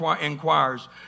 inquires